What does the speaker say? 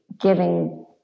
giving